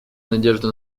надежду